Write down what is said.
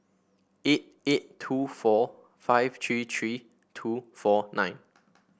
eight eight two four five three three two four nine